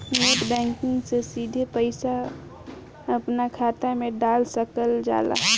net banking से सिधे पईसा अपना खात मे डाल सकल जाता